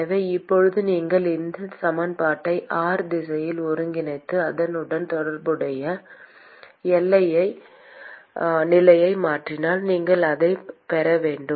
எனவே இப்போது நீங்கள் இந்த சமன்பாட்டை r திசையில் ஒருங்கிணைத்து அதனுடன் தொடர்புடைய எல்லை நிலையை மாற்றினால் நீங்கள் அதைப் பெற வேண்டும்